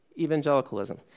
evangelicalism